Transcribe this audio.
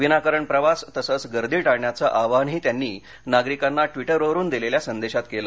विनाकारण प्रवास तसंच गर्दी टाळण्याचं आवाहनही त्यांनी नागरिकांना ट्विटरवरून दिलेल्या संदेशात केलं